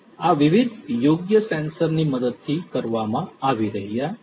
આ વિવિધ યોગ્ય સેન્સરની મદદથી કરવામાં આવી રહ્યા છે